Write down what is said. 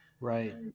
Right